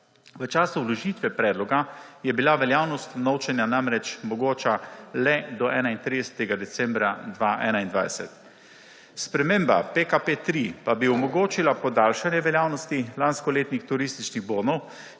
V času vložitve predloga je bila veljavnost vnovčenja namreč mogoča le do 31. decembra 2021. Sprememba PKP3 pa bi omogočila podaljšanje veljavnosti lanskoletnih turističnih bonov